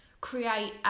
create